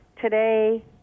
today